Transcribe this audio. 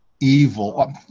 evil